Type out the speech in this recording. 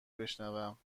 بشنوم